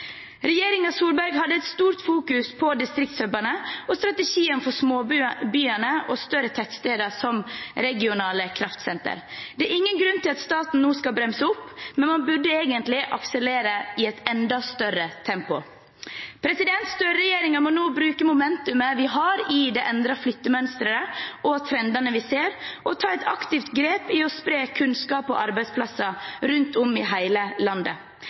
hadde et sterkt fokus på distriktshubene og strategien for småbyer og større tettsteder som regionale kraftsenter. Det er ingen grunn til at staten nå skal bremse opp; man burde egentlig akselerere i et enda større tempo. Støre-regjeringen må nå bruke momentumet vi har i det endrede flyttemønsteret og trendene vi ser, og ta et aktivt grep i å spre kunnskap og arbeidsplasser rundt om i hele landet.